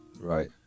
Right